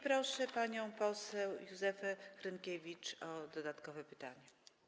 Proszę panią poseł Józefę Hrynkiewicz o dodatkowe pytanie.